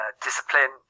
Discipline